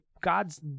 God's